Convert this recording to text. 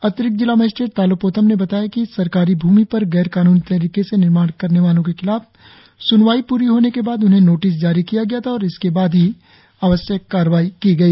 अतिरिक्त जिला मजिस्ट्रेट तालो पोतोम ने बताया कि सरकारी भूमि पर गैर कानूनी तरीके से निर्माण करने वालों के खिलाफ स्नवाई पूरी होने के बाद उन्हें नोटिस जारी किया गया था और इसके बाद ही आवश्यक कार्रवाई की गई